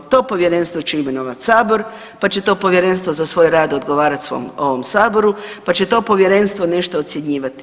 To povjerenstvo će imenovat sabor, pa će to povjerenstvo za svoj rad odgovarat svom, ovom saboru, pa će to povjerenstvo nešto ocjenjivat.